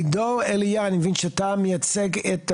עידו, אני מבין שאתה מייצג את המועצה,